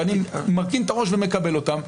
ואני מרכין את הראש ומקבל אותן,